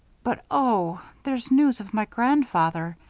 but oh! here's news of my grandfather.